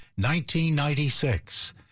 1996